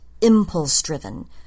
impulse-driven